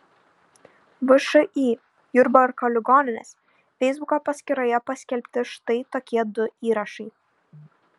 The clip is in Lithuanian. všį jurbarko ligoninės feisbuko paskyroje paskelbti štai tokie du įrašai